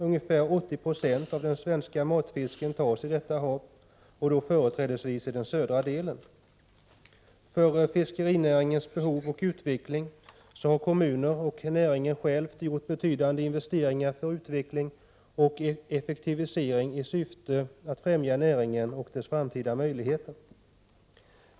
Ungefär 80 96 av den svenska matfisken tas i detta hav, och då företrädesvis i den södra delen. För fiskerinäringens behov och utveckling har kommuner och näringen själv gjort betydande investeringar för utveckling och effektivisering i syfte att främja näringen och dess framtida möjligheter.